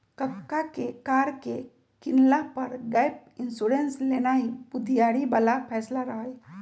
कक्का के कार के किनला पर गैप इंश्योरेंस लेनाइ बुधियारी बला फैसला रहइ